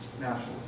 National